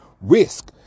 risk